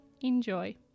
Enjoy